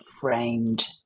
framed